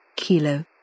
kilo